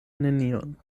nenion